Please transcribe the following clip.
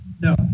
No